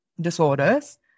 disorders